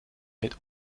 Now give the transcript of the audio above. mit